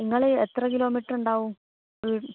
നിങ്ങൾ എത്ര കിലോമീറ്റർ ഉണ്ടാവും ഇവിടെ